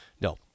No